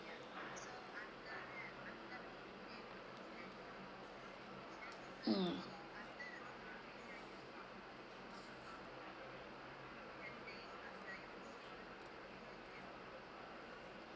mm